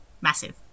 Massive